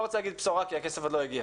רוצה להגיד בשורה כי הכסף עוד לא הגיע